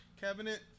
cabinet